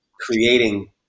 creating